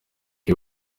iyo